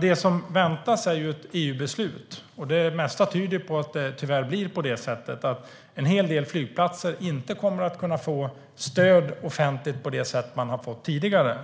Det som väntas är dock ett EU-beslut, och det mesta tyder på att det tyvärr blir så att en hel del flygplatser inte kommer att kunna få stöd offentligt på det sätt de har fått tidigare.